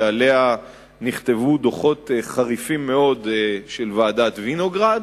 שעליה נכתבו דוחות חריפים מאוד של ועדת-וינוגרד,